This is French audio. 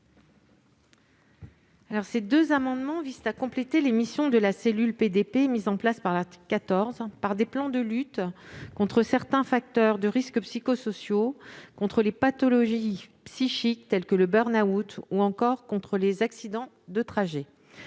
Ces deux amendements visent à compléter les missions de la cellule PDP mise en place par l'article 14 par des plans de lutte contre certains facteurs de risques psychosociaux, contre les pathologies psychiques, telles que le burn-out, ou encore contre les accidents de trajet.